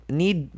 need